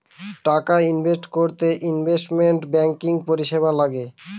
টাকা ইনভেস্ট করতে investment banking পরিষেবা লাগে